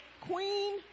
queen